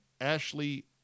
Ashley